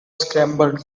scrambled